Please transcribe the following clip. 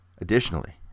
Additionally